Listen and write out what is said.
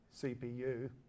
CPU